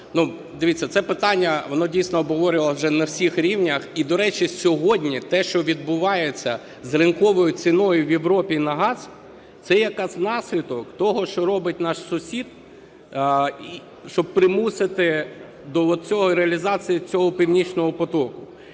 Дивіться, це питання, воно, дійсно, обговорювалось вже на всіх рівнях. І до речі, сьогодні те, що відбувається з ринковою ціною в Європі на газ, це якраз наслідок того, що робить наш сусід, щоб примусити до реалізації цього "Північного потоку".